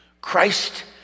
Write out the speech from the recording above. Christ